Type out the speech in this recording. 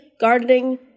gardening